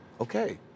Okay